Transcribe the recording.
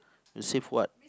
you save what